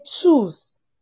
choose